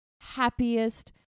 happiest